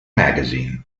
magazine